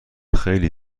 خیلی